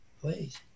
Please